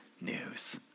news